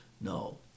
No